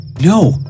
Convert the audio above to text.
No